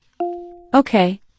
Okay